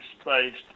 spaced